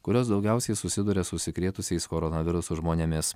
kurios daugiausiai susiduria su užsikrėtusiais koronavirusu žmonėmis